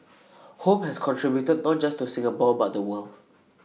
home has contributed not just to Singapore but the world